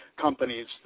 companies